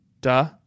duh